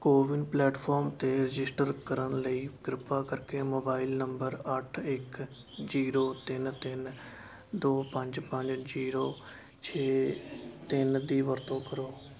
CoWIN platform 'ਤੇ register ਕਰਨ ਲਈ ਕਿਰਪਾ ਕਰਕੇ ਮੋਬਾਈਲ ਨੰਬਰ ਅੱਠ ਇੱਕ ਜੀਰੋ ਤਿੰਨ ਤਿੰਨ ਦੋ ਪੰਜ ਪੰਜ ਜੀਰੋ ਛੇ ਤਿੰਨ ਦੀ ਵਰਤੋਂ ਕਰੋ